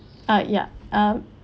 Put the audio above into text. uh yeah um